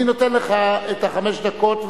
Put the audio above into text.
אני נותן לך חמש דקות,